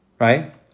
right